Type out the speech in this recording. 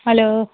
hello